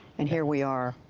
and here we are,